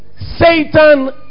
Satan